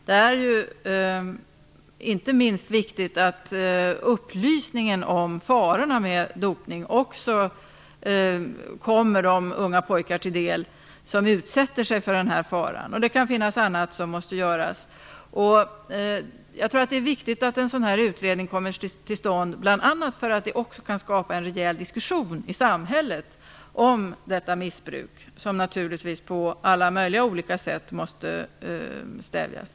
Det är inte minst viktigt att upplysning om farorna med dopning kommer de unga pojkar till del som utsätter sig för denna fara. Det kan också finnas annat som måste göras. Jag tror att det är viktigt att en utredning kommer till stånd, bl.a. för att det också kan skapa en rejäl diskussion i samhället om detta missbruk, som naturligtvis på alla möjliga olika sätt måste stävjas.